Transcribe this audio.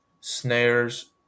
snares